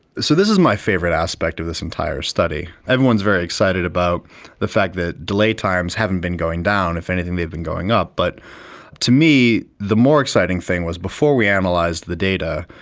so this is my favourite aspect of this entire study. everyone is very excited about the fact that delay times haven't been going down, if anything they have been going up. but to me the more exciting thing was before we analysed and like the data,